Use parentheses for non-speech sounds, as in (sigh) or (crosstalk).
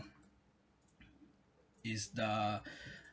is the (breath)